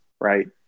right